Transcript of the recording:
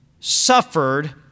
suffered